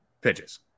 pitches